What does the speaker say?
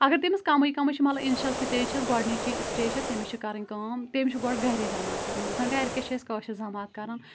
اگر تٔمِس کَمےٕ کَمےٕ چھِ مطلب اِنشَل سِٹیج چھس گۄڈنِچی سِٹیج چھس تمِس چھِ کَرٕنۍ کٲم تٔمِس چھُ گۄڈٕ گَری زمات کَرٕنۍ زن گرِ کیا چھِ أسۍ کٲشِر زمات کَران